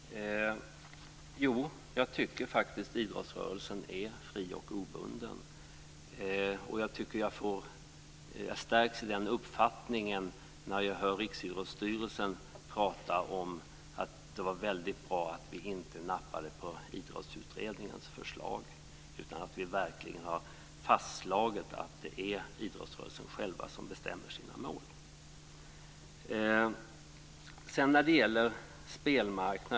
Fru talman! Jag tycker faktiskt att idrottsrörelsen är fri och obunden, och jag stärks i den uppfattningen när jag hör företrädare för Riksidrottsstyrelsen säga att det var väldigt bra att vi inte nappade på Idrottsutredningens förslag, utan att vi verkligen har fastslagit att det är idrottsrörelsen själv som beslutar om sina mål.